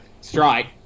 strike